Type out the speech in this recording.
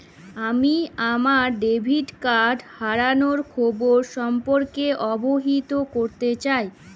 আমি আমার debit card হারানোর খবর সম্পর্কে অবহিত করতে চাই